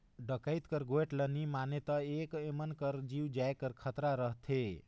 डकइत कर गोएठ ल नी मानें ता एमन कर जीव जाए कर खतरा रहथे